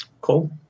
Cool